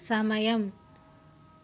సమయం